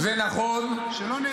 שלא נצטרך.